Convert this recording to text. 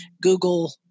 Google